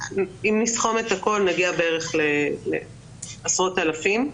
נסכום את הכל נגיע בערך לעשרות אלפים.